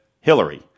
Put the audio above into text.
Hillary